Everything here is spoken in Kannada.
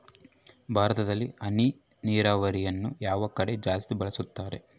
ಭಾರತದಲ್ಲಿ ಹನಿ ನೇರಾವರಿಯನ್ನು ಯಾವ ಕಡೆ ಜಾಸ್ತಿ ಬಳಸುತ್ತಾರೆ?